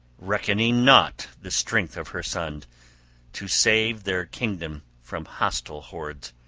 reckoning naught the strength of her son to save their kingdom from hostile hordes,